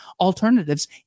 alternatives